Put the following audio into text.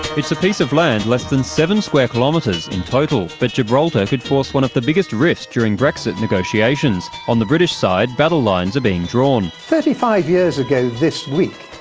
it's a piece of land less than seven square kilometres in total, but gibraltar could force one of the biggest rifts during brexit negotiations. on the british side, battlelines are being drawn. thirty five years ago this week,